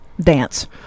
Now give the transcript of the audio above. dance